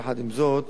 יחד עם זאת